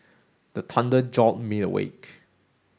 the thunder jolt me awake